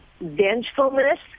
vengefulness